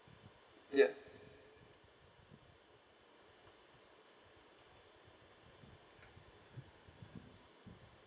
ya